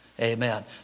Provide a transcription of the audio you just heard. Amen